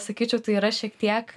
sakyčiau tai yra šiek tiek